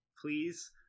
Please